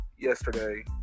Yesterday